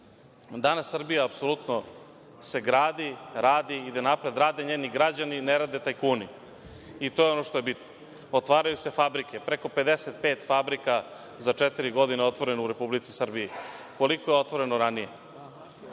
Danas Srbija apsolutno se gradi, radi, ide napred, rade njeni građani, ne rade tajkuni. To je ono što je bitno. Otvaraju se fabrike, preko 55 fabrika za četiri godine je otvoreno u Republici Srbiji. Koliko je otvoreno ranije? Priča